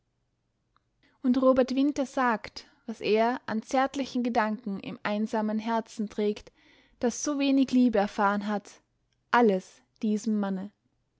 und robert winter sagt was er an zärtlichen gedanken im einsamen herzen trägt das so wenig liebe erfahren hat alles diesem manne